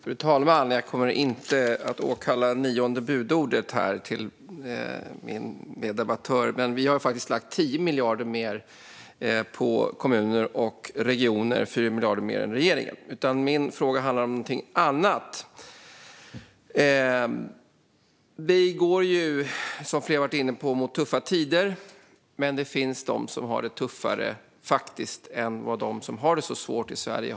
Fru talman! Jag kommer inte att åkalla det nionde budordet gällande vad min meddebattör sa, men vi har faktiskt lagt 10 miljarder mer på kommuner och regioner - 4 miljarder mer än regeringen. Min fråga handlar dock om något annat. Vi går ju, som flera har varit inne på, mot tuffa tider. Det finns dock de som faktiskt har det tuffare än dem som har det svårt i Sverige.